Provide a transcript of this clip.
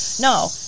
No